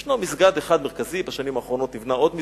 יש מסגד אחד מרכזי, בשנים האחרונות נבנה עוד מסגד.